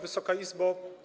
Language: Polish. Wysoka Izbo!